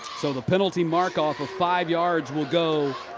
so the penalty mark off of five yards will go